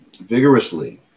Vigorously